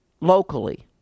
locally